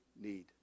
need